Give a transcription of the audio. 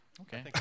Okay